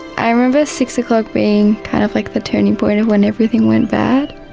i remember six o'clock being kind of like the turning point of when everything went bad,